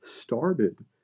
started